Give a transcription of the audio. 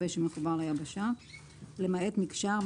למעט מקשר,